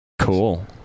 Cool